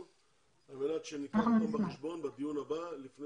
על מנת שניקח אותם בחשבון בדיון הבא לפני